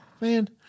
man